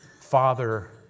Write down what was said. Father